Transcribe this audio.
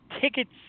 tickets